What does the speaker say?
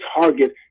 target